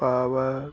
power